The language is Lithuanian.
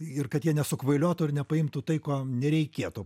ir kad jie nesukvailiotų ir nepaimtų tai ko nereikėtų